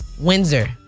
Windsor